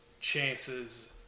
chances